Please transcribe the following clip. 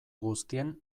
guztien